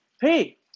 Hey